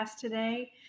today